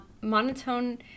monotone